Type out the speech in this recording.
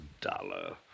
Dollar